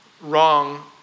wrong